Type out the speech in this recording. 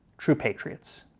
true patriots,